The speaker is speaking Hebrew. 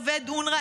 עובד אונר"א,